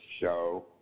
show